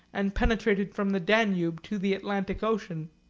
and penetrated from the danube to the atlantic ocean.